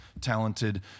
talented